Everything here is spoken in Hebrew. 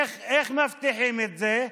איך מבטיחים את זה?